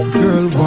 girl